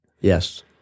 Yes